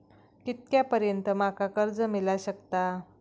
कितक्या पर्यंत माका कर्ज मिला शकता?